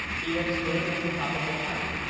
he had stood on the top of a height.